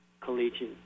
collegiate